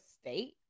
State